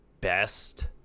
best